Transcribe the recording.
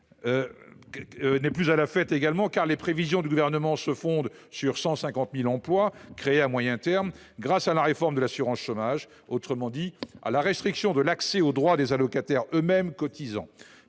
– n’est pas plus à la fête, car les prévisions du Gouvernement se fondent sur 150 000 emplois créés à moyen terme grâce à la réforme de l’assurance chômage, autrement dit à la restriction de l’accès aux droits des allocataires eux mêmes cotisants.